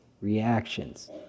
reactions